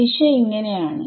ദിശ ഇങ്ങനെ ആണ്